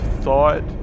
thought